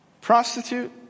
Prostitute